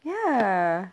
ya